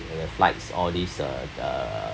flights all this uh uh